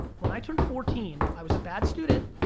when i turned fourteen, i was a bad student.